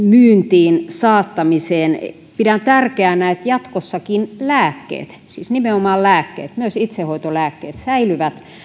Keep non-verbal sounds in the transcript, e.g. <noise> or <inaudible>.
<unintelligible> myyntiin saattamisesta pidän tärkeänä että jatkossakin lääkkeet siis nimenomaan lääkkeet myös itsehoitolääkkeet säilyvät